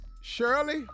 Shirley